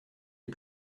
les